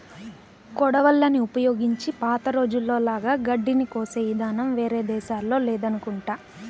కొడవళ్ళని ఉపయోగించి పాత రోజుల్లో లాగా గడ్డిని కోసే ఇదానం వేరే దేశాల్లో లేదనుకుంటా